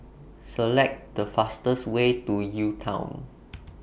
Select The fastest Way to U Town